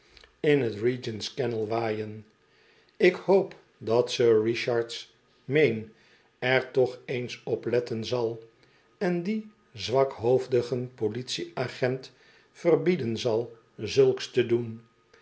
drijft t regent's canal waaien ik hoop dat sir richard mayne er toch eens op letten zal en dien zwakhoofdigen politie-agent verbieden zal zulks te doen